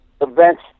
events